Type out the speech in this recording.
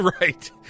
right